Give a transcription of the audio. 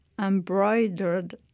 embroidered